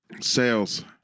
Sales